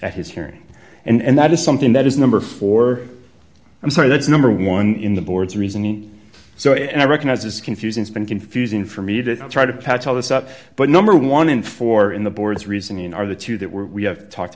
at his hearing and that is something that is number four i'm sorry that's number one in the board's reasoning so i recognize it's confusing it's been confusing for me to try to patch all this up but number one in four in the board's reasoning are the two that were we have talked